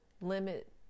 limit